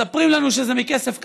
מספרים לנו שזה מכסף קטארי.